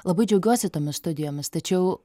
labai džiaugiuosi tomis studijomis tačiau